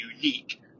unique